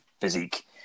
physique